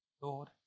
Lord